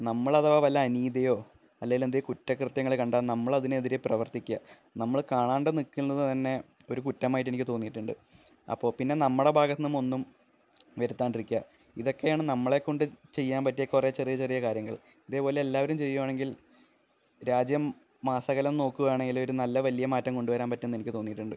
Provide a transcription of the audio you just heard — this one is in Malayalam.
നമ്മളഥവാ വല്ല അനീതിയോ അല്ലേലെന്തേ കുറ്റകൃത്യങ്ങള് കണ്ടാല് നമ്മളതിനെതിരെ പ്രവർത്തിക്കുക നമ്മള് കാണാണ്ട് നില്ക്കുന്നത് തന്നെ ഒരു കുറ്റമായിട്ടെനിക്ക് തോന്നിയിട്ടുണ്ട് അപ്പോള്പ്പിന്നെ നമ്മുടെ ഭാഗത്തുനിന്നുമൊന്നും വരത്താണ്ടിരിക്കുക ഇതെക്കെയാണ് നമ്മളെ കൊണ്ട് ചെയ്യാൻ പറ്റിയ കുറേ ചെറിയ ചെറിയ കാര്യങ്ങൾ ഇതേപോലെ എല്ലാവരും ചെയ്യുകയാണെങ്കിൽ രാജ്യമാസകലം നോക്കുവാണേലൊരു നല്ല വലിയ മാറ്റം കൊണ്ടുവരാൻ പറ്റുമെന്ന് എനിക്ക് തോന്നിയിട്ടുണ്ട്